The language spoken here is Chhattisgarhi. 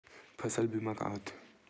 फसल बीमा का होथे?